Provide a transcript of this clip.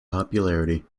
popularity